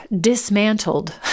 dismantled